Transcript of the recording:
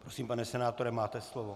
Prosím, pane senátore, máte slovo.